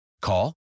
Call